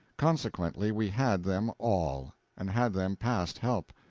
consequently we had them all! and had them past help.